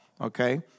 okay